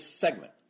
segment